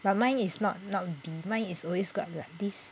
but mine is not not bee mine is always got like this